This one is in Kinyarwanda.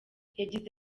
yagize